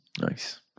Nice